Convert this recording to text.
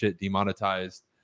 demonetized